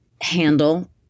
handle